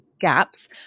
gaps